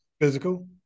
physical